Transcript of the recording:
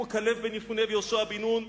כמו כלב בן יפונה ויהושע בן נון,